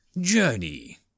Journey